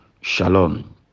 shalom